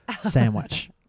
sandwich